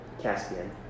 Caspian